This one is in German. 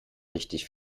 richtig